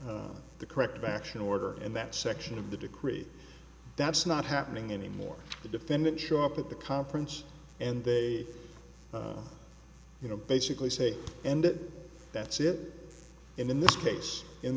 the corrective action order and that section of the degree that's not happening anymore the defendant show up at the conference and they you know basically say and that's it in this case in